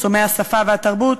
מחסומי השפה והתרבות,